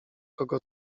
kogo